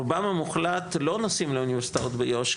רובם המוחלט לא נוסעים לאוניברסיטאות ביו"ש,